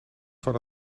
van